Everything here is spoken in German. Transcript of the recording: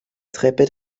treppe